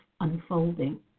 unfolding